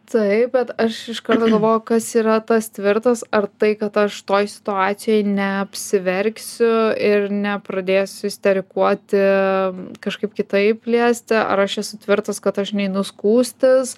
taip bet aš iš karto galvoju kas yra tas tvirtas ar tai kad aš toj situacijoj neapsiverksiu ir nepradėsiu isterikuoti kažkaip kitaip liesti ar aš esu tvirtas kad aš neinu skųstis